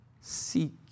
seek